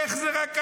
איך זה רק עכשיו?